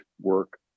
work